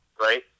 right